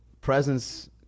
presence